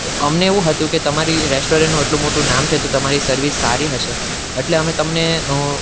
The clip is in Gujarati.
અમને એવું હતું કે તમારી રેસ્ટોરન્ટનું એટલું મોટું નામ છે તો તમારી સર્વિસ સારી હશે અટલે અમે તમને